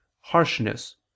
harshness